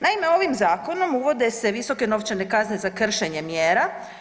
Naime, ovim zakonom uvode se visoke novčane kazne za kršenje mjera.